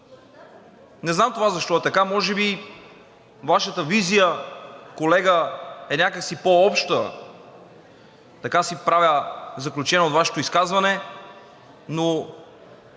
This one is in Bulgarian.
Не знам това защо е така. Може би Вашата визия, колега, е някак си по-обща – така си правя заключение от Вашето изказване.